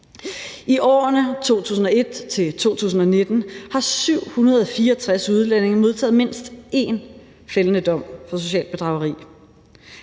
I årene 2001-2019 har 764 udlændinge modtaget mindst én fældende dom for socialt bedrageri.